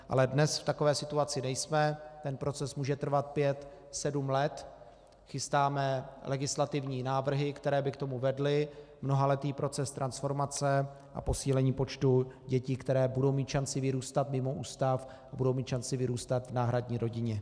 Ale dnes v takové situaci nejsme, ten proces může trvat pět sedm let, chystáme legislativní návrhy, které by k tomu vedly, mnohaletý proces transformace a posílení počtu dětí, které budou mít šanci vyrůstat mimo ústav a budou mít šanci vyrůstat v náhradní rodině.